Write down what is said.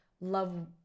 love